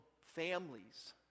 families